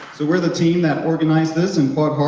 so we're the team that organized this and fought hard